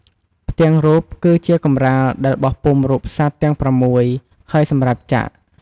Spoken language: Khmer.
ផ្ទាំងរូបគឺជាកម្រាលដែលបោះពុម្ពរូបសត្វទាំងប្រាំមួយ ហើយសម្រាប់ចាក់។